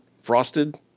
frosted